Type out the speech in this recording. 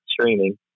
streaming